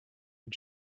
and